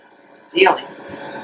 Ceilings